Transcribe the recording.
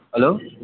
hello